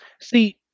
see